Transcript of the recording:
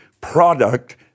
product